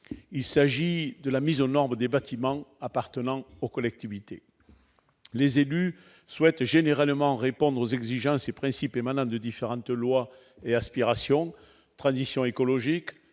Il s'agit de la mise aux normes des bâtiments appartenant aux collectivités. Les élus souhaitent généralement répondre aux exigences et appliquer les principes émanant de différentes lois et aspirations : transition écologique,